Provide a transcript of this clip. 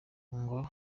ngo